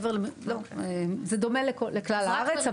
זה דומה לכלל הארץ.